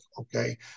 okay